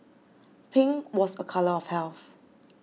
pink was a colour of health